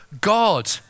God